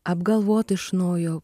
apgalvot iš naujo